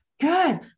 Good